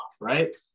Right